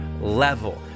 level